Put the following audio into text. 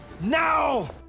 now